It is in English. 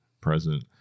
present